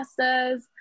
pastas